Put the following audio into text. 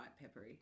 peppery